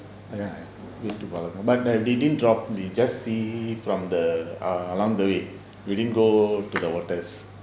ya ya I've been to balaganga but err we didn't drop we just see from the err along the way we didn't go to the waters